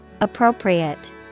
Appropriate